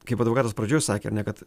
kaip advokatas pradžioj sakė ar ne kad